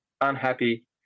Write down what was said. unhappy